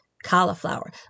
cauliflower